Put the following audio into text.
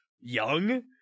young